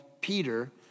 Peter